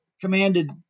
commanded